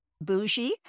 bougie